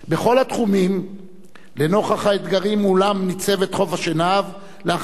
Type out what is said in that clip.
לנוכח האתגרים שמולם ניצבת חוף-השנהב לאחר שנות המשבר שפקדו אותה.